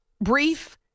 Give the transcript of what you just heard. Brief